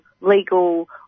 legal